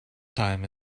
time